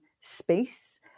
space